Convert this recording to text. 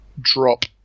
drop